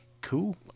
cool